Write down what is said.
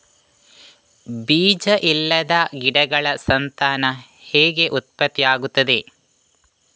ಬೀಜ ಇಲ್ಲದ ಗಿಡಗಳ ಸಂತಾನ ಹೇಗೆ ಉತ್ಪತ್ತಿ ಆಗುತ್ತದೆ?